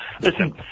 listen